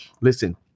Listen